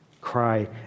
Cry